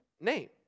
name